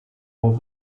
all